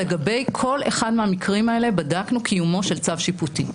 לגבי כל אחד מהמקרים האלה בדקנו קיומו של צו שיפוטי.